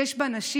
שיש בה נשים,